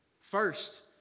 First